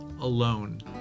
alone